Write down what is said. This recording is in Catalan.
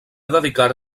dedicar